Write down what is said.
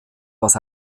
was